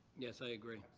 yes, i agree.